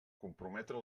comprometre